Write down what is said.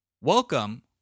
Welcome